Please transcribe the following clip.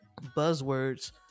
Buzzwords